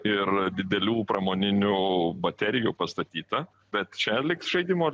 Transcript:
ir didelių pramoninių baterijų pastatyta bet čia liks žaidimo